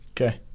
Okay